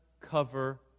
cover